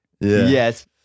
yes